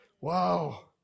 Wow